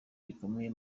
rikomeye